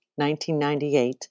1998